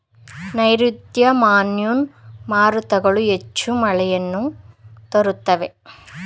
ನೈರುತ್ಯ ಮಾನ್ಸೂನ್ ಮಾರುತಗಳು ಹೆಚ್ಚು ಮಳೆಯನ್ನು ತರುತ್ತವೆ